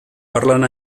parlen